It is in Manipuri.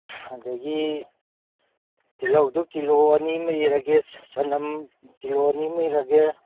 ꯑꯗꯒꯤ ꯇꯤꯜꯍꯧꯗꯣ ꯀꯤꯂꯣ ꯑꯅꯤꯃ ꯏꯔꯒꯦ ꯆꯅꯝ ꯀꯤꯂꯣ ꯑꯅꯤꯃ ꯏꯔꯒꯦ